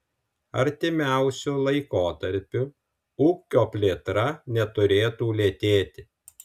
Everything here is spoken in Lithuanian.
artimiausiu laikotarpiu ūkio plėtra neturėtų lėtėti